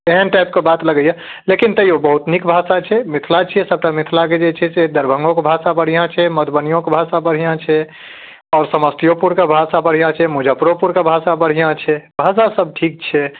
एहन टाइपके बात लगैया लेकिन तैयो बहुत निक भाषा छै मिथला छियै सबटा मिथलाके जे छै से दरभङ्गोके भाषा बढ़िआँ छै मधुबनीयोके भाषा बढ़िआँ छै आओर समस्तीयोपुरके भाषा बढ़िआँ छै मुजफ्फरोपुरके भाषा बढ़िआँ छै भाषा सब ठीक छै